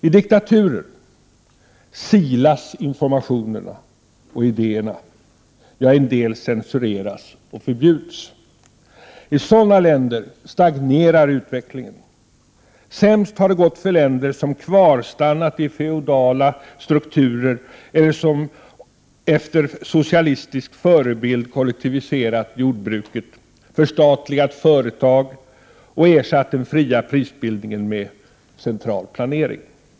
I diktaturerna silas informationerna och idéerna, ja, en del censureras och förbjuds. I sådana länder stagnerar utvecklingen. Sämst har det gått för länder som kvarstannat i feodala strukturer eller som efter socialistisk förebild kollektiviserat jordbruket, förstatligat företag och ersatt den fria prisbildningen med central planering.